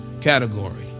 category